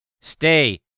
Stay